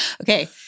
Okay